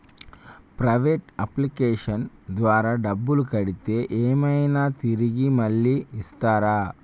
Private అప్లికేషన్ల ద్వారా డబ్బులు కడితే ఏమైనా తిరిగి మళ్ళీ ఇస్తరా?